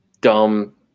dumb